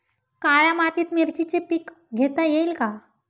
काळ्या मातीत मिरचीचे पीक घेता येईल का?